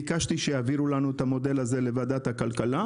ביקשתי שיעבירו לנו את המודל הזה לוועדת הכלכלה,